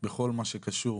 בכל מה שקשור